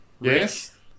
Yes